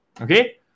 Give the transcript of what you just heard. Okay